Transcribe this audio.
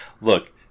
Look